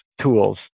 tools